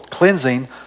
Cleansing